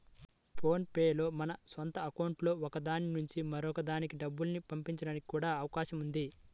phone pay లో మన సొంత అకౌంట్లలో ఒక దాని నుంచి మరొక దానికి డబ్బుల్ని పంపడానికి కూడా అవకాశం ఉన్నది